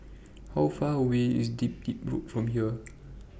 How Far away IS Dedap Road from here